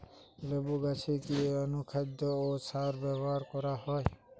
লেবু গাছে কি অনুখাদ্য ও সার ব্যবহার করা হয়?